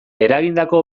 eragindako